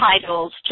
titles